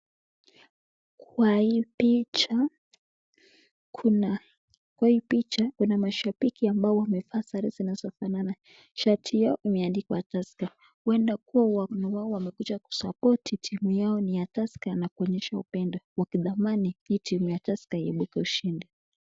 Kwa hii picha kuna mashabiki ambao wamevaa sare zinazofanana. Shati yao imeandikwa Tusker. Huenda kuwa wao wamekuja kusopoti timu yao ya Tusker na kuonyesha upendo wakitamani hii timu ya Tusker uipuke ushindi.